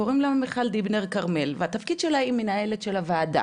קוראים לה מיכל דיבנר כרמל והיא המנהלת של הוועדה